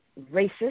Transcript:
racist